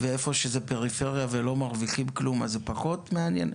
ואיפה שזה פריפריה ולא מרוויחים כלום אז זה פחות מעניין?